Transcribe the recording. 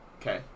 Okay